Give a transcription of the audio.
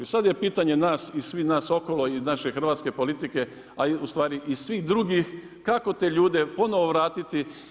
I sad je pitanje nas i svih nas okolo i naše hrvatske politike, a i u stvari i svih drugih kako te ljude ponovno vratiti.